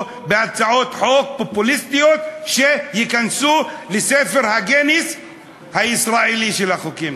בהצעות חוק פופוליסטיות שייכנסו לספר גינס הישראלי של החוקים.